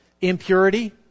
Impurity